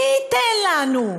מי ייתן לנו?